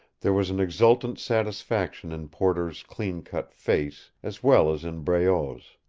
there was an exultant satisfaction in porter's clean-cut face, as well as in breault's.